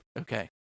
okay